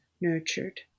nurtured